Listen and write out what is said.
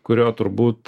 kurio turbūt